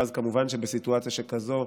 ואז מובן שבסיטואציה שכזאת,